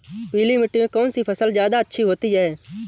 पीली मिट्टी में कौन सी फसल ज्यादा अच्छी होती है?